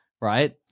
Right